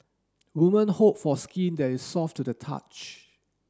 woman hope for skin that is soft to the touch